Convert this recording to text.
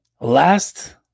Last